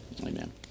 Amen